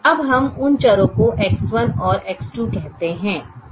अब हम उन चरों को X1 और X2 कहते हैं